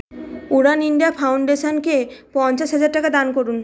উড়ান India ফাউন্ডেশনকে পঞ্চাশ হাজার টাকা দান করুন